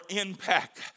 impact